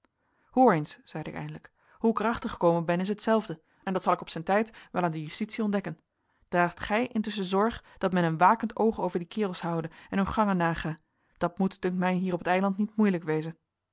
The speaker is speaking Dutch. eens zeide ik eindelijk hoe ik er achter gekomen ben is hetzelfde en dat zal ik op zijn tijd wel aan de justitie ontdekken draag gij intusschen zorg dat men een wakend oog over die kerels houde en hun gangen naga dat moet dunkt mij hier op t eiland niet moeilijk wezen